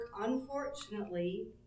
unfortunately